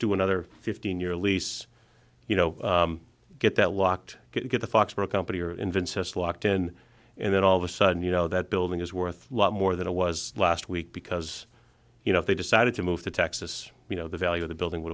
do another fifteen year lease you know get that locked get the foxboro company or in vince's locked in and then all of a sudden you know that building is worth a lot more than it was last week because you know if they decided to move to texas you know the value of the building w